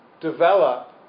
develop